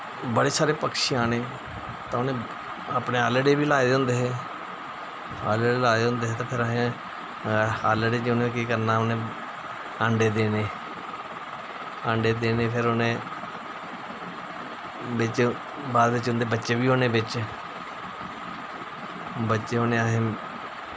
बड़े सारे पक्षी आने ते उ'नें अपने आह्लड़े बी लाए दे होंदे हे आह्लड़े लाए दे होंदे हे ते फिर असें आह्लड़े च उ'नें केह् करना उ'नें आंडे देने आंडे देने फिर उ'नें बिच्च बाद च उं'दे बच्चे बी होने बिच्च बच्चे होने असें